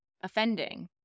offending